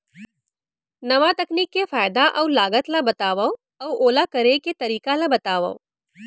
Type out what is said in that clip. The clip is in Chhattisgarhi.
नवा तकनीक के फायदा अऊ लागत ला बतावव अऊ ओला करे के तरीका ला बतावव?